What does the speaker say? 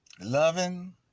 loving